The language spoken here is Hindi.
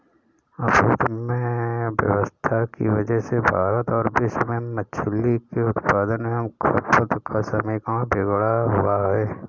आपूर्ति में अव्यवस्था की वजह से भारत और विश्व में मछली के उत्पादन एवं खपत का समीकरण बिगड़ा हुआ है